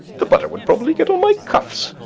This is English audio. the butter would probably get on my cuffs.